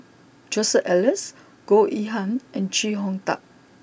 Joseph Elias Goh Yihan and Chee Hong Tat